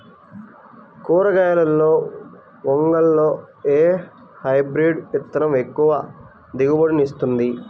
కూరగాయలలో వంగలో ఏ హైబ్రిడ్ విత్తనం ఎక్కువ దిగుబడిని ఇస్తుంది?